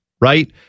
Right